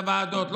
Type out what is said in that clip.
את הוועדות.